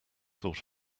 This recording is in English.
thought